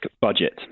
budget